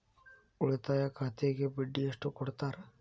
ಉಳಿತಾಯ ಖಾತೆಗೆ ಬಡ್ಡಿ ಎಷ್ಟು ಕೊಡ್ತಾರ?